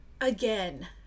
again